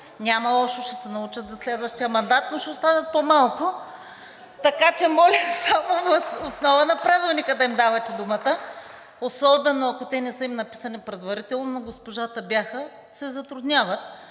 Няма лошо – ще се научат за следващия мандат, но ще останат по-малко. Така че моля само въз основа на Правилника да им давате думата, особено ако не са им написани предварително – на госпожата бяха, и се затрудняват.